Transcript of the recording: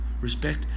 respect